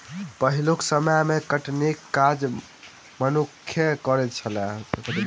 पहिलुक समय मे कटनीक काज मनुक्खे करैत छलै